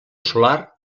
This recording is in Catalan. solar